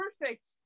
perfect